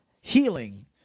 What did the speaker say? healing